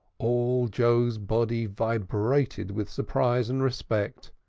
all joe's body vibrated with surprise and respect.